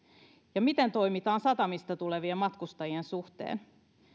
ja miten toimitaan satamista tulevien matkustajien suhteen